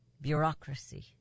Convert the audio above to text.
Bureaucracy